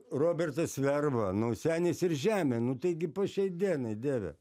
robertas verba nu senis ir žemė nu taigi po šiai dienai dieve